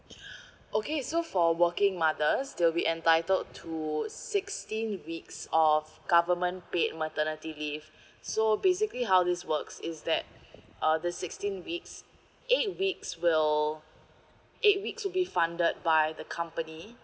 okay so for working mothers they'll be entitled to sixteen weeks of government paid maternity leave so basically how this works is that uh the sixteen weeks eight weeks will eight weeks will be funded by the company